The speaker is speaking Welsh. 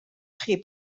chi